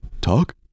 Talk